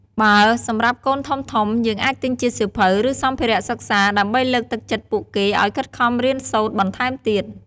បើ សម្រាប់កូនធំៗ យើងអាចទិញជាសៀវភៅ ឬសម្ភារៈសិក្សាដើម្បីលើកទឹកចិត្តពួកគេឲ្យខិតខំរៀនសូត្របន្ថែមទៀត។